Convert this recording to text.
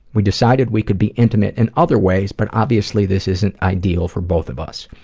we decided we could be intimate in other ways, but obviously this isn't ideal for both of us,